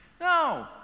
No